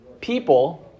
people